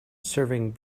serving